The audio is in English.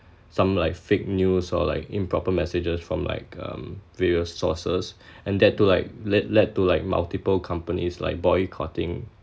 some like fake news or like improper messages from like um various sources and that to like led led to like multiple companies like boycotting